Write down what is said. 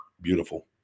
beautiful